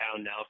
now